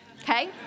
Okay